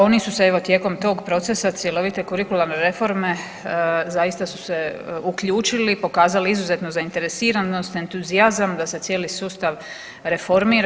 Oni su se evo tijekom tog procesa cjelovite kurikularne reforme zaista su se uključili, pokazali izuzetnu zainteresiranost, entuzijazam da se cijeli sustav reformira.